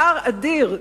פער אדיר,